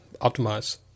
optimize